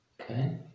Okay